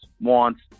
wants